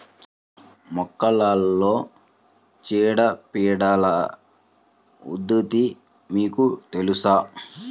మొక్కలలో చీడపీడల ఉధృతి మీకు తెలుసా?